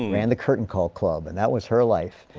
ran the curtain call club and that was her life.